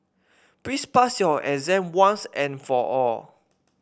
please pass your exam once and for all